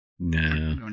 No